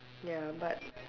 ya but